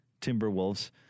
Timberwolves